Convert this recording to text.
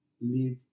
live